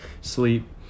sleep